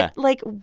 ah like,